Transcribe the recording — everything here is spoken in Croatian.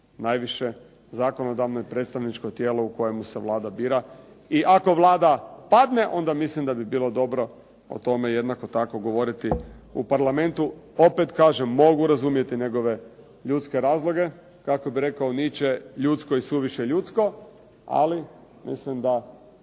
najviše zakonodavno i predstavničko tijelo u kojemu se Vlada bira i ako Vlada padne onda mislim da bi bilo dobro o tome jednako tako govoriti u parlamentu. Opet kažem, mogu razumjeti njegove ljudske razloge, kako bi rekao Nitcze "Ljudsko je suviše ljudsko.", ali mislim da